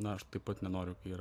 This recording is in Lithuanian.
na aš taip pat nenoriu ir